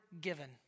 given